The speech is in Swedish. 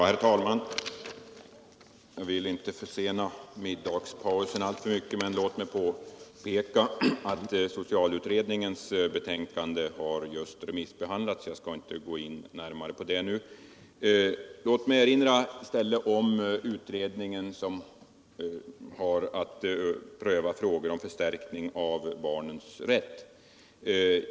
Herr talman! Jag vill inte försena middagspausen alltför mycket, men låt mig utan att nu närmare gå in på det påpeka att socialutredningens betänkande just har remissbehandlats. Låt mig också erinra om den utredning som har att pröva frågan om förstärkning av barnens rätt.